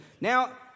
Now